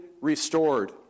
restored